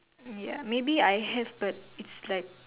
ya maybe I have but it's like